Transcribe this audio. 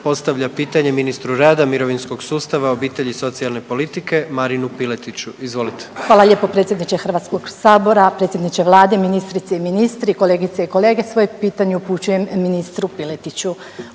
postavlja pitanje ministru rada, mirovinskog sustava, obitelji i socijalne politike Marinu Piletiću, izvolite. **Maksimčuk, Ljubica (HDZ)** Hvala lijepo predsjedniče HS, predsjedniče vlade, ministrice i ministre, kolegice i kolege. Svoje pitanje upućujem ministru Piletiću,